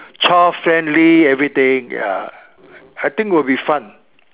child friendly everything ya I think will be fun